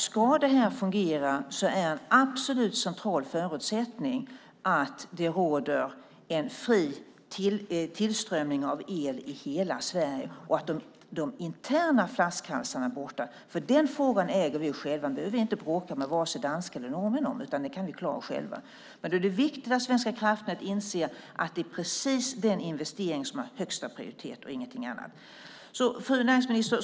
Ska det här fungera är det en absolut central förutsättning att det råder en fri tillströmning av el i hela Sverige och att de interna flaskhalsarna är borta. Den frågan äger vi ju själva. Den behöver vi inte bråka med vare sig danskar eller norrmän om, utan den kan vi klara själva. Men då är det viktigt att Svenska kraftnät inser att det är precis den investeringen som har högst prioritet och ingenting annat. Fru näringsminister!